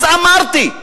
אז אמרתי.